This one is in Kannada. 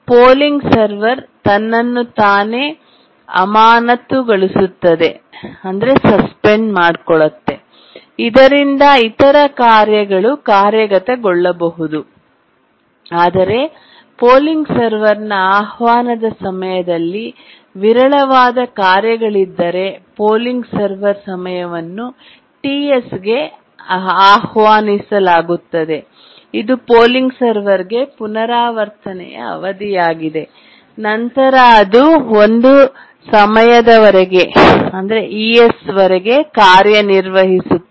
ಪೋಲಿಂಗ್ ಸರ್ವರ್ ತನ್ನನ್ನು ತಾನೇ ಅಮಾನತುಗೊಳಿಸುತ್ತದೆಸಸ್ಪೆಂಡ್ಸ ಇದರಿಂದ ಇತರ ಕಾರ್ಯಗಳು ಕಾರ್ಯಗತಗೊಳ್ಳಬಹುದು ಆದರೆ ಪೋಲಿಂಗ್ ಸರ್ವರ್ನ ಆಹ್ವಾನದ ಸಮಯದಲ್ಲಿ ವಿರಳವಾದ ಕಾರ್ಯಗಳಿದ್ದರೆ ಪೋಲಿಂಗ್ ಸರ್ವರ್ ಸಮಯವನ್ನು Ts ಗೆ ಆಹ್ವಾನಿಸಲಾಗುತ್ತದೆ ಇದು ಪೋಲಿಂಗ್ ಸರ್ವರ್ಗೆ ಪುನರಾವರ್ತನೆಯ ಅವಧಿಯಾಗಿದೆ ನಂತರ ಅದು ಒಂದು ಸಮಯದವರೆಗೆ es ಕಾರ್ಯನಿರ್ವಹಿಸುತ್ತದೆ